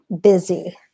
busy